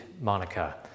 Monica